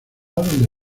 donde